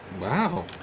Wow